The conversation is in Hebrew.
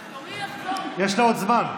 אבל תורי, יש לה עוד זמן.